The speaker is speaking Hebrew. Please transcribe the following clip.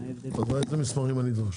איזה מסמכים אני אדרוש?